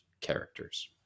characters